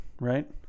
Right